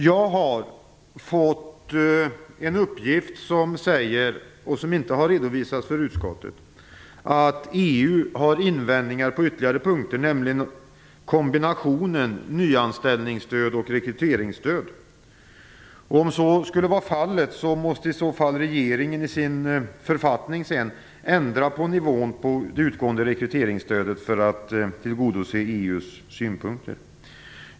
Jag har fått en uppgift - som inte har redovisats för utskottet - som säger att EU har invändningar på ytterligare punkter, nämligen mot kombinationen av nyanställningsstöd och rekryteringsstöd. Om så skulle vara fallet måste regeringen i sin författning ändra nivån på det utgående rekryteringsstödet för att tillgodose EU:s synpunkter.